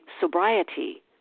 sobriety